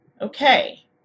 Okay